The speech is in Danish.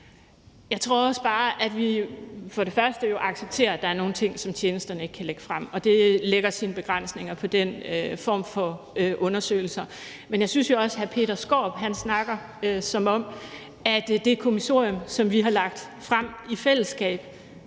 Jeg tror også bare, at vi jo for det første accepterer, at der er nogle ting, som tjenesterne ikke kan lægge frem, og det sætter sine begrænsninger for den form for undersøgelser. Men for det andet synes jeg også, at hr. Peter Skaarup snakker, som om det kommissorium, som vi har lagt frem i fællesskab,